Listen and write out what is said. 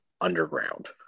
underground